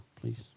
please